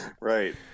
right